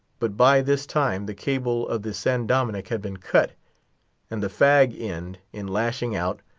but by this time the cable of the san dominick had been cut and the fag-end, in lashing out,